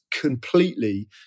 completely